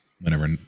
whenever